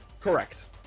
Correct